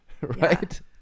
Right